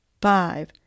five